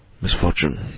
misfortune